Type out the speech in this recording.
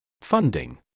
funding